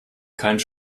keinen